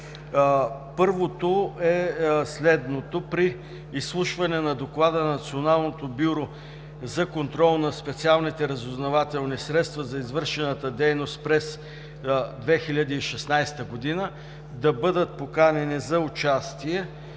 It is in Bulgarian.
Първото е следното: при изслушване на Доклада на Националното бюро за контрол на специалните разузнавателни средства за извършената дейност през 2016 г. да бъдат поканени за участие